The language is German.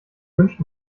wünscht